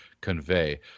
convey